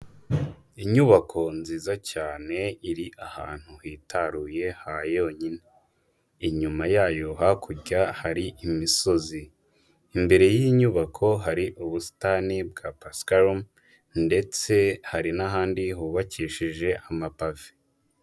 Inyubako nziza cyane iri ahantu hitaruye ha yonyine, inyuma yayo hakurya hari imisozi, imbere y'iyi nyubako hari ubusitani bwa pasikarume, ndetse hari n'ahandi hubakishije amapave.